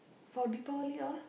for Deepavali all